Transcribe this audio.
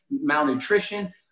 malnutrition